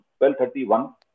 12.31